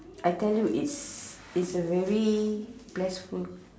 I tell you it's it's a very blasphe~